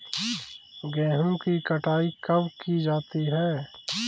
गेहूँ की कटाई कब की जाती है?